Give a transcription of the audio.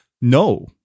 No